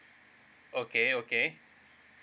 okay okay